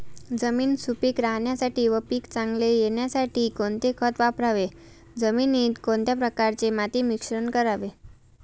जमीन सुपिक राहण्यासाठी व पीक चांगले येण्यासाठी कोणते खत वापरावे? जमिनीत कोणत्या प्रकारचे माती मिश्रण करावे?